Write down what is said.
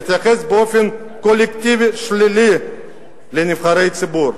מתייחס באופן קולקטיבי שלילי לנבחרי ציבור.